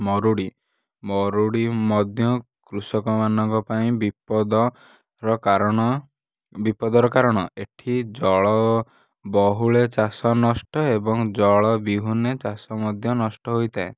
ମରୁଡ଼ି ମରୁଡ଼ି ମଧ୍ୟ କୃଷକମାନଙ୍କ ପାଇଁ ବିପଦର କାରଣ ବିପଦର କାରଣ ଏଠି ଜଳ ବହୁଳେ ଚାଷ ନଷ୍ଟ ଏବଂ ଜଳ ବିହୁନେ ଚାଷ ମଧ୍ୟ ନଷ୍ଟ ହୋଇଥାଏ